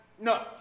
No